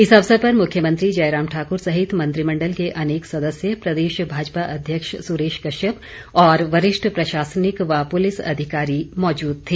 इस अवसर पर मुख्यमंत्री जयराम ठाकुर सहित मंत्रिमंडल के अनेक सदस्य प्रदेश भाजपा अध्यक्ष सुरेश कश्यप और वरिष्ठ प्रशासनिक व पुलिस अधिकारी मौजूद थे